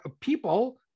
people